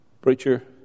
Preacher